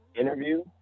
interview